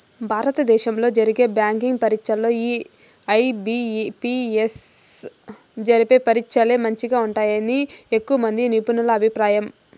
భారత దేశంలో జరిగే బ్యాంకి పరీచ్చల్లో ఈ ఐ.బి.పి.ఎస్ జరిపే పరీచ్చలే మంచిగా ఉంటాయని ఎక్కువమంది నిపునుల అభిప్రాయం